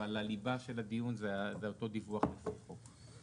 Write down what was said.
אבל הליבה של הדיון זה אותו דיווח לפי חוק.